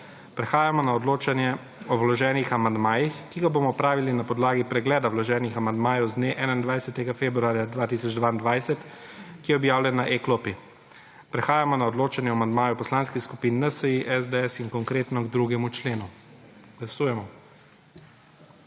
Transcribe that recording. Prehajamo na odločanje o vloženih amandmajih, ki ga bomo opravili na podlagi pregleda vloženih amandmajev z dne 21. februarja 2022, ki je objavljen na e-klopi. Prehajamo na odločanje o amandmaju Poslanskih skupin NSi, SDS in Konkretno k 2. členu. Glasujemo.